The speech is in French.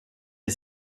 est